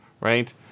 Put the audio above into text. right